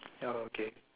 ya okay